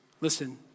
Listen